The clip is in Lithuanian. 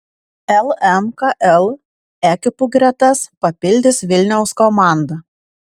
lmkl ekipų gretas papildys vilniaus komanda